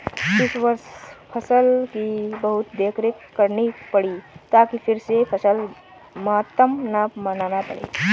इस वर्ष फसल की बहुत देखरेख करनी पड़ी ताकि फिर से फसल मातम न मनाना पड़े